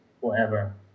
forever